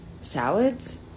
salads